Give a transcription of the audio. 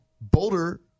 Boulder